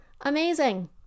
amazing